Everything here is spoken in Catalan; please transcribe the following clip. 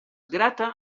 grata